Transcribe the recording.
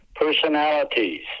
personalities